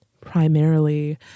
primarily